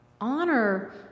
honor